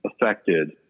affected